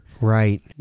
right